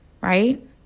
right